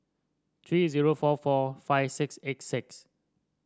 three zero four four five six eight six